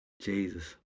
Jesus